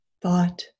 thought